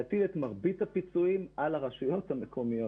להטיל את מרבית הפיצויים על הרשויות המקומיות.